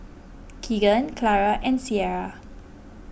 Keagan Clara and Ciara